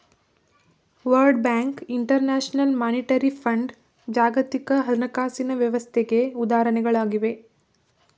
world bank, international monetary fund ಜಾಗತಿಕ ಹಣಕಾಸಿನ ವ್ಯವಸ್ಥೆಗೆ ಉದಾಹರಣೆಗಳಾಗಿವೆ